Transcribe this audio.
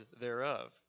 thereof